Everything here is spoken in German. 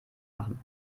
machen